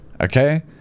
Okay